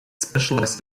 specialized